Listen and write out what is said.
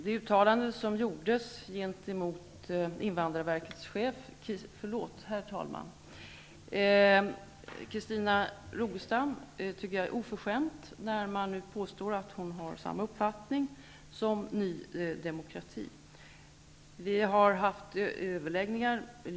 Det uttalande som gjordes gentemot invandrarverkets chef Christina Rogestam anser jag vara oförskämt. Man påstod att hon har samma uppfattning som Ny demokrati.